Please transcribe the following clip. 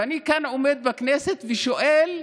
ואני כאן עומד בכנסת ושואל: